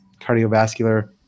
cardiovascular